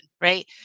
right